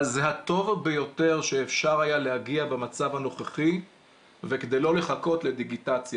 אבל זה הטוב ביותר שאפשר היה להגיע במצב הנוכחי וכדי לא לחכות לדיגיטציה